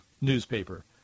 newspaper